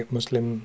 Muslim